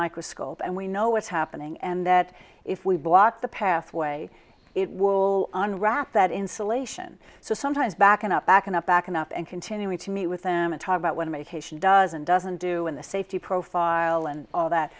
microscope and we know it's happening and that if we block the pathway it will unwrap that insulation so sometimes backing up backing up back enough and continuing to meet with them and talk about when a haitian does and doesn't do in the safety profile and all that